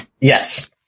Yes